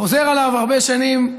חוזר עליו הרבה שנים,